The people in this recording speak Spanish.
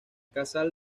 casal